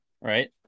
Right